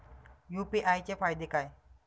UPI चे फायदे काय?